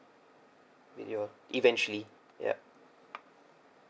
with you eventually ya